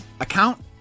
account